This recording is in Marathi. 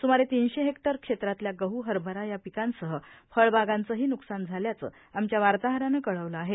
स्मारे तीनशे हेक्टर क्षेत्रातल्या गह हरभरा या पिकांसह फळबागांचंही नुकसान झाल्याचं आमच्या वार्ताहरानं कळवलं आहे